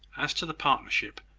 as to the partnership,